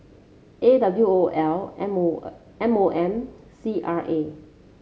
A W O L M O M O M C R A